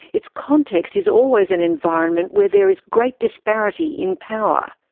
its context is always an environment where there is great disparity in power.